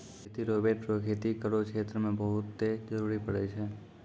खेती रोवेट रो खेती करो क्षेत्र मे बहुते जरुरी पड़ै छै